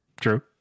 True